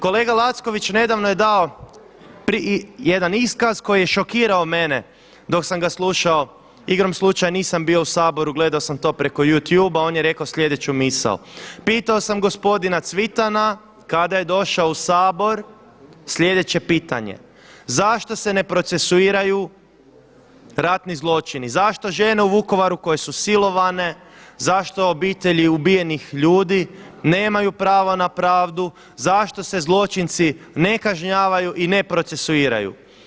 Kolega Lacković nedavno je dao jedan iskaz koji je šokirao mene dok sam ga slušao, igrom slučaja nisam bio u Saboru, gledao sam to preko YouTube, on je rekao sljedeću misao, pitao sam gospodina Cvitana kada je došao u Sabor sljedeće pitanje, zašto se ne procesuiraju ratni zločini, zašto žene u Vukovaru koje su silovane, zašto obitelji ubijenih ljudi nemaju pravo na pravdu, zašto se zločinci ne kažnjavaju i ne procesuiraju.